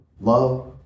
love